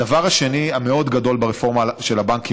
הדבר השני המאוד-גדול ברפורמה של הבנקים,